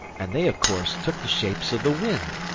and they of course took the shapes of the wind,